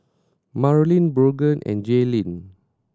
Marleen Brogan and Jaelynn